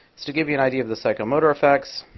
just to give you an idea of the psychomotor effects,